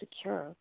secure